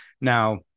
now